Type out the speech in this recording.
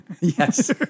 Yes